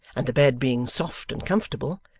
and the bed being soft and comfortable,